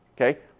Okay